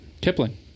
Kipling